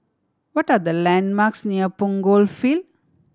what are the landmarks near Punggol Field